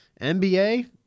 NBA